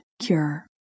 cure